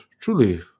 truly